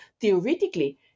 theoretically